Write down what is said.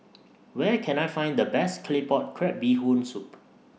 Where Can I Find The Best Claypot Crab Bee Hoon Soup